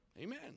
Amen